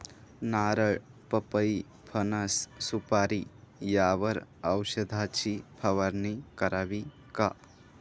नारळ, पपई, फणस, सुपारी यावर औषधाची फवारणी करावी का?